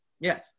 Yes